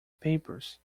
papers